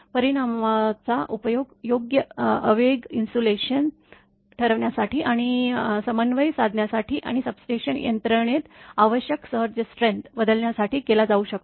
परिणामाचा उपयोग योग्य आवेग इन्सुलेशन ठरवण्यासाठी आणि समन्वय साधण्यासाठी आणि सबस्टेशन यंत्रणेत आवश्यक सर्ज स्ट्रेंथ बदलण्यासाठी केला जाऊ शकतो